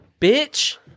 bitch